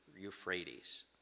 Euphrates